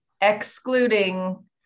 excluding